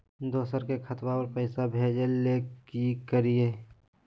दोसर के खतवा पर पैसवा भेजे ले कि करिए?